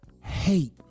Hate